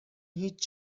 هیچ